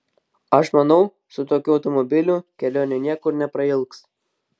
aš manau su tokiu automobiliu kelionė niekur neprailgs